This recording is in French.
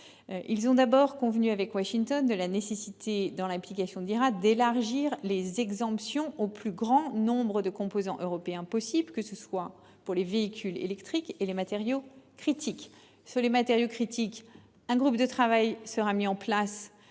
ont d'abord convenu avec Washington de la nécessité, pour l'application de l'IRA, d'élargir les exemptions au plus grand nombre de composants européens possible, que ce soit pour les véhicules électriques ou les matériaux critiques. Un groupe de travail sur les matériaux critique sera mis en place